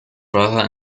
brother